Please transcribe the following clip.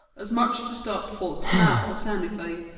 as much to stop folks' mouths as anything,